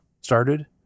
started